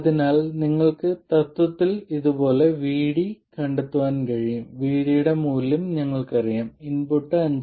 അതിനാൽ നിങ്ങൾക്ക് തത്വത്തിൽ ഇതുപോലെ VD കണ്ടെത്താൻ കഴിയും VD യുടെ മൂല്യം ഞങ്ങൾക്കറിയാം ഇൻപുട്ട് 5